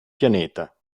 pianeta